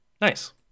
Nice